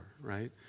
Right